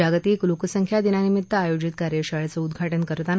जागतिक लोकसंख्या दिनानिमित आयोजित कार्यशाळेचं उद्घाटन करताना डॉ